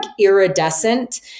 iridescent